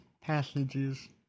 passages